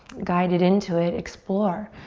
guided into it, explore.